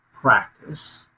practice